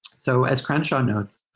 so as crenshaw notes,